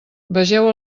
vegeu